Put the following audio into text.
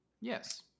Yes